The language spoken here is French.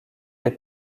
les